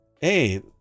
hey